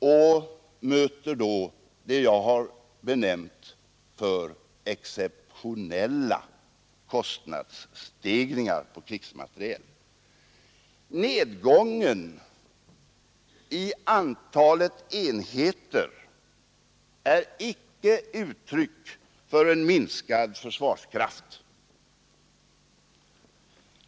Vi möter då vad jag har kallat för exceptionella kostnadsstegringar på krigsmateriel. Nedgången i antalet enheter är icke ett uttryck för en minskad försvarskraft.